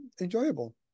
enjoyable